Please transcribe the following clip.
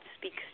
speaks